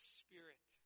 spirit